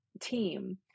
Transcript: team